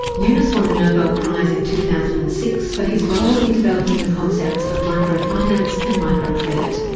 yunus won a nobel prize in two thousand and six for his role in developing the concepts of microfinance and microcredit,